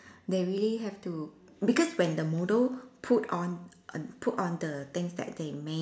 they really have to because when the model put on err put on the things that they made